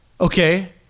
Okay